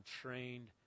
trained